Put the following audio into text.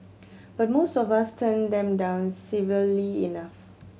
but most of us turn them down civilly enough